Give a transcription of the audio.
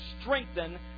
strengthen